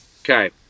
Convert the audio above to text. Okay